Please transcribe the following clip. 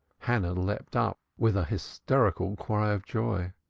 hannah leaped up with a hysterical cry of joy.